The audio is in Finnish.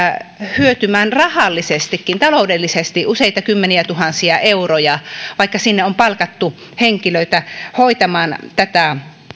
hyötymään rahallisestikin taloudellisesti useita kymmeniä tuhansia euroja vaikka sinne on palkattu henkilöitä hoitamaan tätä